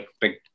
big